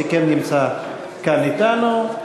שכן נמצא כאן אתנו.